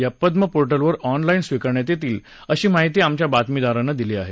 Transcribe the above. या पद्म पोर्टलवर ऑनलाईन स्वीकारण्यात येतील अशी माहिती आमच्या बातमीदारानं दिली आहे